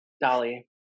Dolly